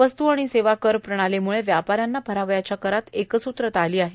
वस्त् आर्ाण सेवा कर प्रणालोमुळे व्यापाऱ्यांना भरावयाच्या करात एकसूत्रता आलो आहे